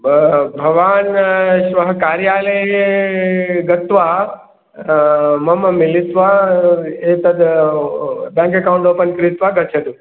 भवान् श्वः कार्यालयं गत्वा मां मिलित्वा एतत् बेङ्क् एकौण्ट् ओपन् कृत्वा गच्छतु